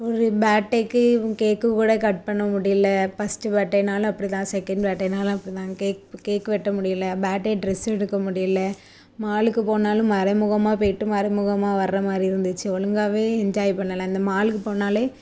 ஒரு பர்டேவுக்கு கேக்கு கூட கட் பண்ண முடியல ஃபஸ்ட்டு பர்டேனாலும் அப்படி தான் செகண்ட் பர்த்டேனாலும் அப்படி தான் கேக் கேக் வெட்ட முடியல பர்டே ட்ரெஸ் எடுக்க முடியல மாலுக்கு போனாலும் மறைமுகமாக போய்விட்டு மறைமுகமாக வர மாதிரி இருந்துச்சு ஒழுங்காவே என்ஜாய் பண்ணலை இந்த மாலுக்கு போனாலே